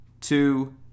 two